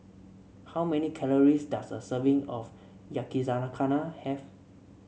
how many calories does a serving of Yakizakana have